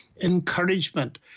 encouragement